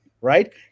right